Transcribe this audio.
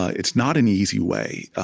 it's not an easy way.